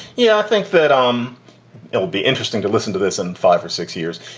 yeah, i think that um it'll be interesting to listen to this in five or six years,